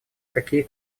какие